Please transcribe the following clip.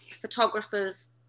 photographers